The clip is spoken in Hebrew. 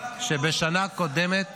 כשבשנה קודמת